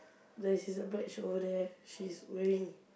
there she's a badge over there she's wearing